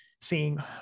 seeing